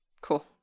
Cool